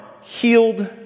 healed